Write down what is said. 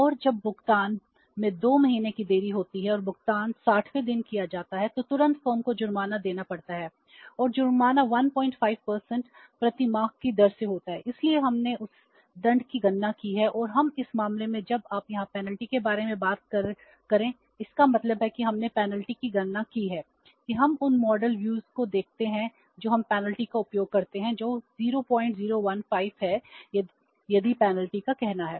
और जब भुगतान में 2 महीने की देरी होती है और भुगतान 60 वें दिन किया जाता है तो तुरंत फर्म को जुर्माना देना पड़ता है और जुर्माना 15 प्रति माह की दर से होता है इसलिए हमने उस दंड की गणना की है और उस मामले में जब आप यहां पेनल्टी के बारे में बात करें इसका मतलब है कि हमने पेनल्टी की गणना की है कि हम उन मॉडल व्यूज को देखते हैं जो हम पेनल्टी का उपयोग करते हैं जो 0015 है यदि पेनल्टी का कहना है